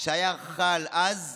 שהיו חלים אז,